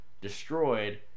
destroyed